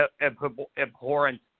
abhorrent